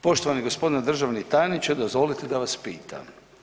Poštovani gospodine državni tajniče dozvolite da vas pitam.